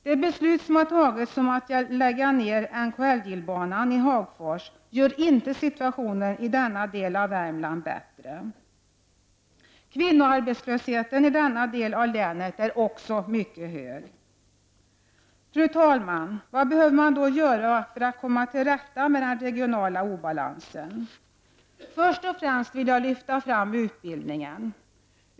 Det beslut som har fattats om nedläggning av NKLJ-banan i Hagfors gör inte situationen i denna del av Kvinnoarbetslösheten i den här delen av länet är också mycket hög. Fru talman! Vad behöver man då göra för att kunna komma till rätta med den regionala obalansen? Först och främst vill jag lyfta fram utbildningen.